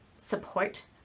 support